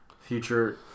Future